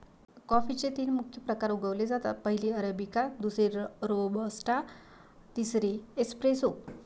कॉफीचे तीन मुख्य प्रकार उगवले जातात, पहिली अरेबिका, दुसरी रोबस्टा, तिसरी एस्प्रेसो